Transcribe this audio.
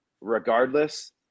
regardless